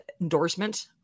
endorsement